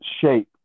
shape